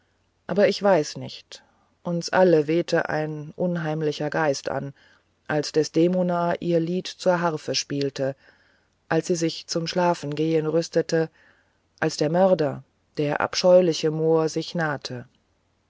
aber ich weiß nicht uns alle wehte ein unheimlicher geist an als desdemona ihr lied zur harfe spielte als sie sich zum schlafengehen rüstete als der mörder der abscheuliche mohr sich nahte